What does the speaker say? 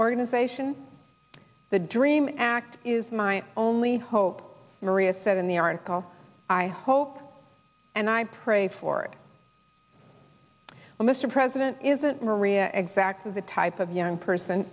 organization the dream act is my only hope maria said in the article i hope and i pray for it well mr president isn't maria exactly the type of young person